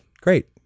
great